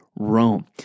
Rome